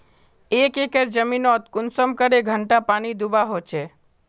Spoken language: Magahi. एक एकर जमीन नोत कुंसम करे घंटा पानी दुबा होचए?